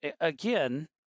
again